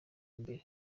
imbere